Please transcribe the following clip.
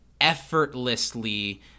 effortlessly